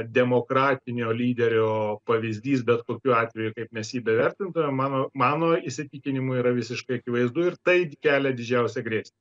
demokratinio lyderio pavyzdys bet kokiu atveju kaip mes jį bevertintumėm mano mano įsitikinimu yra visiškai akivaizdu ir tai kelia didžiausią grės